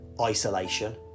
isolation